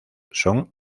son